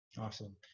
awesome